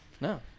No